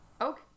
Okay